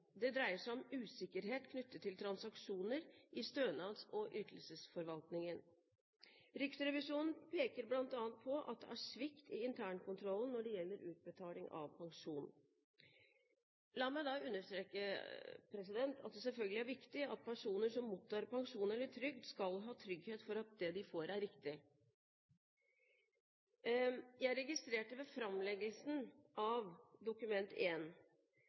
Det dreier seg om usikkerhet knyttet til transaksjoner i stønads- og ytelsesforvaltningen. Riksrevisjonen peker bl.a. på at det er svikt i internkontrollen når det gjelder utbetaling av pensjon. La meg understreke at det selvfølgelig er viktig at personer som mottar pensjon eller trygd, skal ha trygghet for at det de får, er riktig. Jeg registrerte ved framleggelsen av Dokument